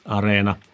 arena